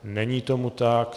Není tomu tak.